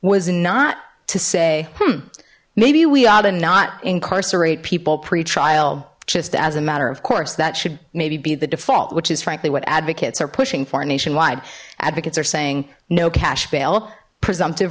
was not to say hmm maybe we ought to not incarcerate people pretrial just as a matter of course that should maybe be the default which is frankly what advocates are pushing for a nationwide advocates are saying no cash bail presumpti